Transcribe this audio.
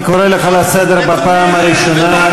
אני קורא אותך לסדר בפעם הראשונה.